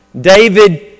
David